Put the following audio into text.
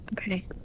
Okay